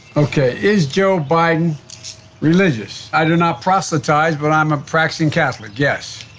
okay. is joe biden religious? i do not proselytize but i'm a practicing catholic, yes.